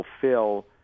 fulfill